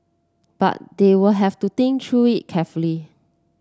but they will have to think through it carefully